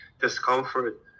discomfort